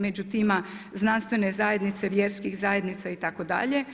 Među tima znanstvene zajednice, vjerskih zajednica itd.